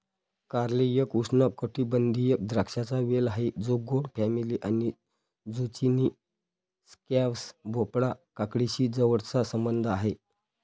कारले एक उष्णकटिबंधीय द्राक्षांचा वेल आहे जो गोड फॅमिली आणि झुचिनी, स्क्वॅश, भोपळा, काकडीशी जवळचा संबंध आहे